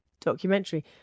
documentary